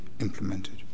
implemented